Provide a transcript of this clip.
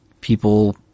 people